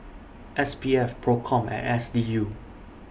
S P F PROCOM and S D U